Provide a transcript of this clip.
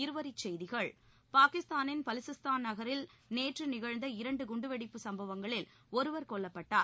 இருவரிச் செய்திகள் பாகிஸ்தானின் பலுசிஸ்தான் பகுதியில் நேற்று நிகழ்ந்த இரண்டு குண்டுவெடிப்பு சம்பவங்களில் ஒருவர் கொல்லப்பட்டார்